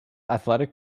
athletic